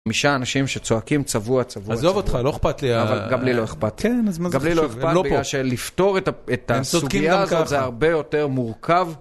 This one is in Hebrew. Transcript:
חמישה אנשים שצועקים צבוע, צבוע, צבוע. עזוב אותך, לא אכפת לי. אבל גם לי לא אכפת. כן, אז מה זה חשוב? גם לי לא אכפת כי השאלה לפתור את הסוגיה הזאת זה הרבה יותר מורכב.